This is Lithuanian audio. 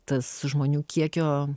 tas žmonių kiekio